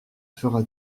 fera